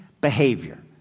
behavior